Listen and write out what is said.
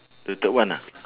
the third one ah